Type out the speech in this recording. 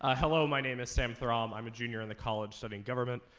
ah hello, my name is sam throm. i'm a junior in the college studying government.